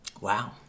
Wow